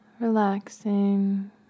Relaxing